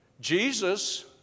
Jesus